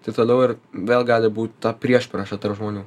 tai toliau ir vėl gali būt ta priešprieša tarp žmonių